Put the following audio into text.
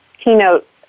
keynote